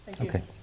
Okay